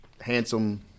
handsome